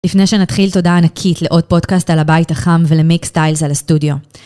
לפני שנתחיל תודה ענקית לעוד פודקאסט על הבית החם ולמיק סטיילס על הסטודיו.